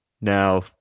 now